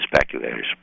speculators